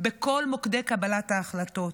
בכל מוקדי קבלת ההחלטות.